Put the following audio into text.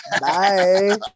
Bye